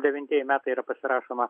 devintieji metai yra pasirašoma